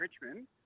Richmond